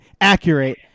accurate